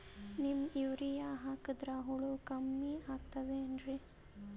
Neem urea ಹಾಕದ್ರ ಹುಳ ಕಮ್ಮಿ ಆಗತಾವೇನರಿ?